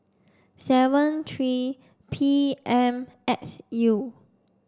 seven three P M X U